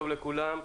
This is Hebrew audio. שלום לכולם.